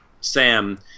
Sam